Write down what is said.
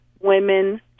women